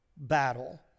battle